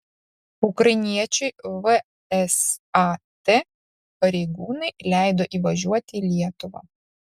ukrainiečiui vsat pareigūnai leido įvažiuoti į lietuvą